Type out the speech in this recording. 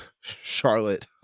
charlotte